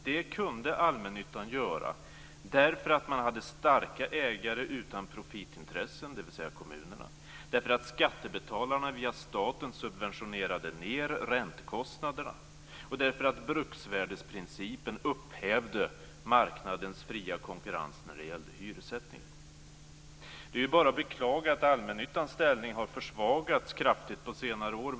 Det kunde allmännyttan göra därför att man hade starka ägare utan profitintressen, dvs. kommunerna, därför att skattebetalarna via staten subventionerade ned räntekostnaderna och därför att bruksvärdesprincipen upphävde marknadens fria konkurrens när det gällde hyressättningen. Det är bara att beklaga att allmännyttans ställning har försvagats kraftigt på senare år.